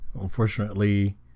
Unfortunately